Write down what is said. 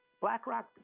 BlackRock